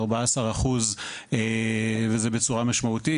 14% וזה בצורה משמעותית.